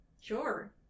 Sure